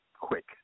quick